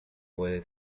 puede